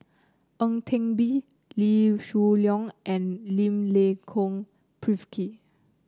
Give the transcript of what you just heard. Ang Teck Bee Lee Shoo Leong and Milenko Prvacki